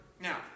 Now